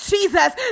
Jesus